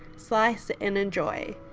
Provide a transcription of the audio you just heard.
slice it and enjoy!